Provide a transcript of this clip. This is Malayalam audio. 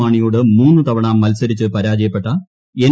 മാണിയോട് മൂന്നു തവണ മത്സരിച്ച് പരാജയപ്പെട്ട എൻ